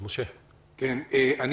משה, בבקשה.